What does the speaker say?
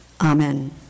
Amen